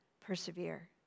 persevere